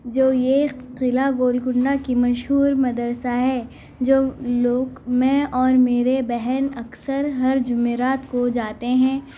جو ایک قلعہ گول کونڈا کی مشہور مدرسہ ہے جو لوگ میں اور میں میرے بہن اکثر ہر جمعرات کو جاتے ہیں